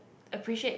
appreciate